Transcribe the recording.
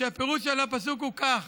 שהפירוש של הפסוק הוא כך: